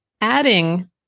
adding